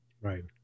Right